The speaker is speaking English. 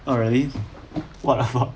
oh really what a fuck